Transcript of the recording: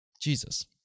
Jesus